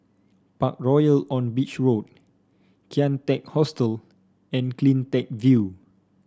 Parkroyal on Beach Road Kian Teck Hostel and CleanTech View